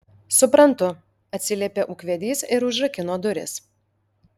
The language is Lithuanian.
suprantu atsiliepė ūkvedys ir užrakino duris